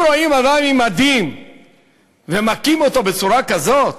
אם רואים אדם עם מדים ומכים אותו בצורה כזאת?